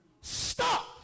stop